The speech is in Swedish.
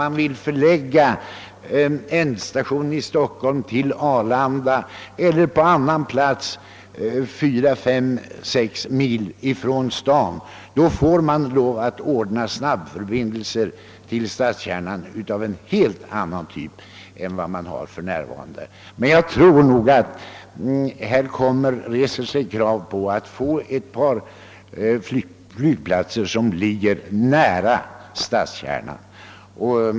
Vill man förlägga flygplatsen till Arlanda eller på annan plats fyra, fem eller sex mil från Stockholm, måste det ordnas snabbförbindelser till stadskärnan av helt annat slag än nu. Jag tror att det kommer att resas krav på att det uppförs ett par flygplatser som beträffande restid ligger relativt nära stadskärnan.